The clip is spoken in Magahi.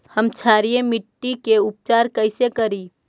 हम क्षारीय मिट्टी के उपचार कैसे करी?